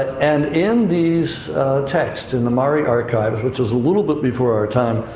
and in these texts in the mari archives, which is a little bit before our time,